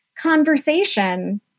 conversation